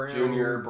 Junior